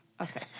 okay